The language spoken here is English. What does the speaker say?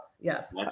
Yes